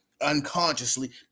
unconsciously